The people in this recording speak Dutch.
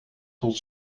tot